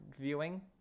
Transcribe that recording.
viewing